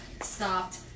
stopped